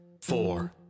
four